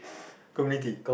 community